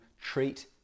treat